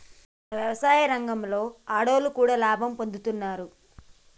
మన యవసాయ రంగంలో ఆడోళ్లు కూడా లాభం పొందుతున్నారు